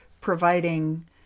providing